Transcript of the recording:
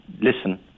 listen